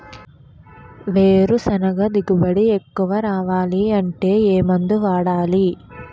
వేరుసెనగ దిగుబడి ఎక్కువ రావాలి అంటే ఏ మందు వాడాలి?